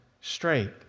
straight